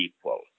equal